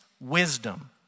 wisdom